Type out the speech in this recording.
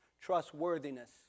trustworthiness